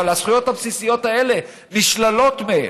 אבל הזכויות הבסיסיות האלה נשללות מהם.